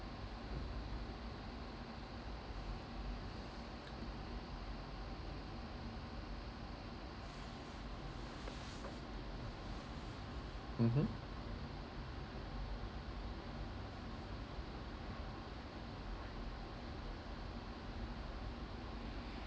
mmhmm